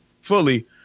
fully